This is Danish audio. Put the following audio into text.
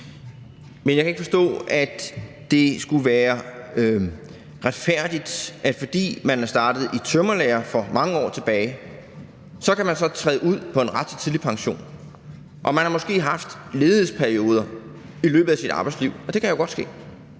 Men jeg kan ikke forstå, at det skulle være retfærdigt, at man, fordi man er startet i tømrerlære for mange år tilbage, så kan træde ud på en ret til tidlig pension, og man har måske haft ledighedsperioder i løbet af sit arbejdsliv – det kan jo godt ske: